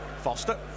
Foster